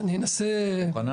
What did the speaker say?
אני אנסה -- רגע